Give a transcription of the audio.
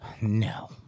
No